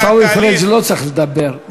עיסאווי פריג' לא צריך לדבר,